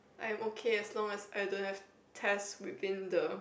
I'm okay as long as I don't have test within the